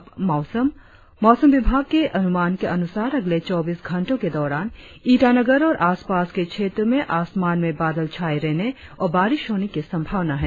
और अब मौसम मौसम विभाग के अनुमान के अनुसार अगले चौबीस घंटो के दौरान ईटानगर और आसपास के क्षेत्रो में आसमान में बादल छाये रहने और बारिश होने की संभावना है